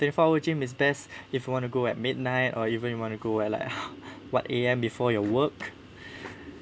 twenty four hours gym is best if you want to go at midnight or even you want to go at like what A_M before your work